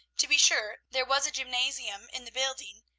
to be sure, there was a gymnasium in the building,